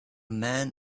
man